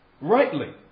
rightly